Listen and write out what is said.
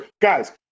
Guys